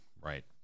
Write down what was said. right